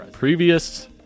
Previous